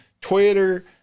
Twitter